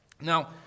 Now